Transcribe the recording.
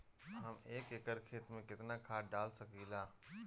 हम एक एकड़ खेत में केतना खाद डाल सकिला?